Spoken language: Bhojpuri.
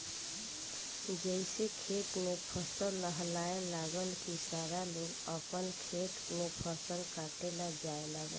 जइसे खेत में फसल लहलहाए लागल की सारा लोग आपन खेत में फसल काटे ला जाए लागल